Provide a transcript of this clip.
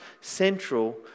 central